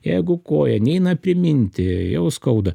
jeigu koja neina priminti jau skauda